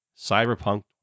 Cyberpunk